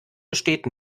besteht